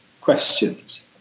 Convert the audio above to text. questions